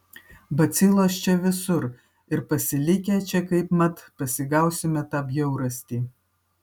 bacilos čia visur ir pasilikę čia kaip mat pasigausime tą bjaurastį